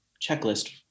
checklist